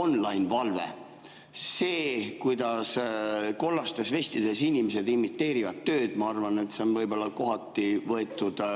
"online-valve". See, kuidas kollastes vestides inimesed imiteerivad tööd, ma arvan, on võib-olla kohati mõne